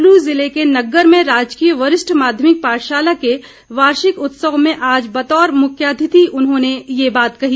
कुल्लू जिले के नग्गर में राजकीय वरिष्ठ माध्यभिक पाठशाला के वार्षिक उत्सव में आज बतौर मुख्य अतिथि उन्होंने ये बात कही